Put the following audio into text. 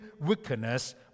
wickedness